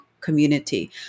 Community